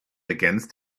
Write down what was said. against